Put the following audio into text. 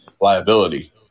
liability